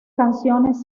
canciones